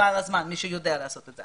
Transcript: חבל על הזמן, מי שיודע לעשות את זה.